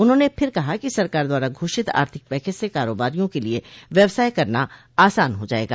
उन्होंने फिर कहा कि सरकार द्वारा घोषित आर्थिक पैकेज से कारोबारिया के लिए व्यवसाय करना आसान हो जाएगा